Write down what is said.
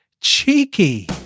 Cheeky